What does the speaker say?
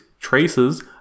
traces